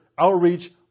outreach